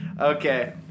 Okay